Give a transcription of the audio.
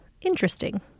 interesting